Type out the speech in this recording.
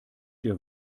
dir